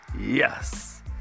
Yes